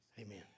Amen